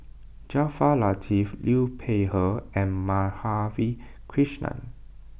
Jaafar Latiff Liu Peihe and Madhavi Krishnan